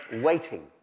waiting